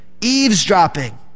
Eavesdropping